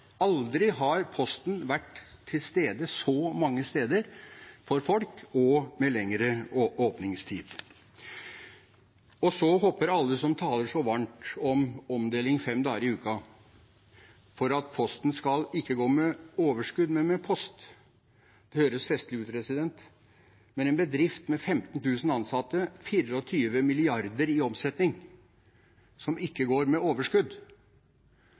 Aldri har Posten vært til stede så mange steder for folk og med så lang åpningstid. Så hevder alle som taler så varmt om omdeling fem dager i uken, at Posten ikke skal gå med overskudd, men med post. Det høres festlig ut, men en bedrift med 15 000 ansatte og 24 mrd. kr i omsetning som ikke går med overskudd,